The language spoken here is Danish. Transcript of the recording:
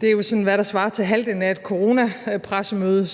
Det er jo sådan, hvad der svarer til halvdelen af et coronapressemøde,